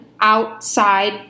outside